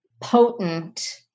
potent